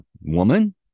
woman